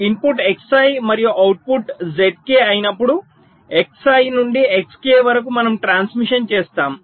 input Xi మరియు output Zk అయినప్పుడు Xi నుండి Xk వరకు మనము ట్రాన్సిషన్ చేస్తాము